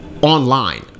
online